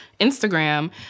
Instagram